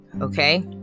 okay